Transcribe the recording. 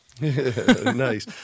Nice